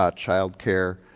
ah child care.